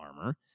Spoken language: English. armor